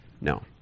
No